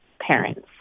parents